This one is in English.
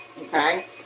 Okay